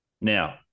now